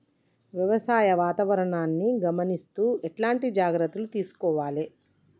వ్యవసాయ వాతావరణాన్ని గమనిస్తూ ఎట్లాంటి జాగ్రత్తలు తీసుకోవాలే?